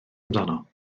amdano